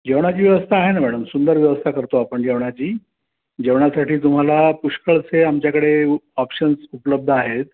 जेवणाची व्यवस्था आहे ना मॅडम सुंदर व्यवस्था करतो आपण जेवणाची जेवणासाठी तुम्हाला पुष्कळसे आमच्याकडे ऑप्शन्स उपलब्ध आहेत